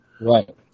Right